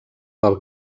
del